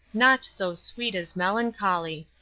naught so sweet as melancholy.